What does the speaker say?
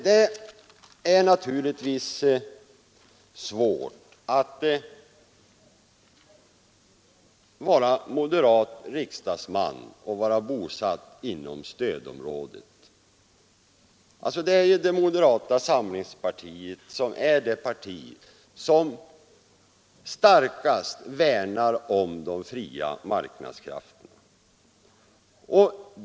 Det är naturligtvis, herr Nordgren, svårt att vara moderat riksdagsman och vara bosatt inom stödområdet. Det är ju moderata samlingspartiet som starkast värnar om de fria marknadskrafterna.